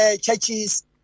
churches